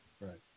Right